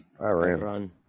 Iran